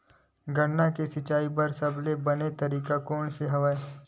गन्ना के सिंचाई बर सबले बने तरीका कोन से हवय?